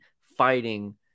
fighting